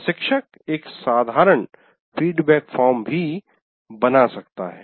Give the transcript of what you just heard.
प्रशिक्षक एक साधारण फीडबैक फॉर्म बना सकता है